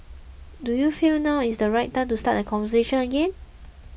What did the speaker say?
do you feel now is the right time to start that conversation again